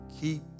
Keep